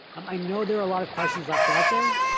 um i know there are a lot of questions left out there,